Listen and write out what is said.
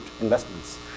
investments